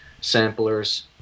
samplers